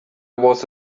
was